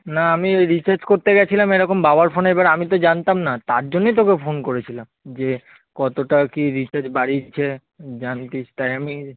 না আমি ওই রিচার্জ করতে গিয়েছিলাম এরকম বাবার ফোনে এবার আমি তো জানতাম না তার জন্যেই তোকে ফোন করেছিলাম যে কতোটা কী রিচার্জ বাড়িয়েছে জানতিস তাই আমি